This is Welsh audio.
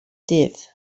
dydd